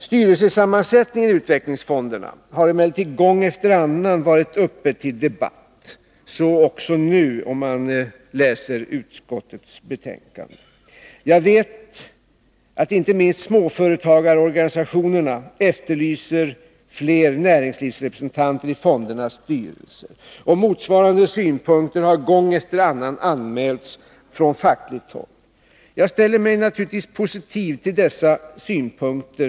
Styrelsesammansättningen i utvecklingsfonderna har emellertid gång efter annan varit uppe till debatt. Så också nu — det framgår om man läser utskottets betänkande. Jag vet att inte minst småföretagarorganisationerna efterlyser fler näringslivsrepresentanter i fondernas styrelser. Motsvarande synpunkter har gång efter annan anmälts från fackligt håll. Naturligtvis ställer jag mig positiv till dessa synpunkter.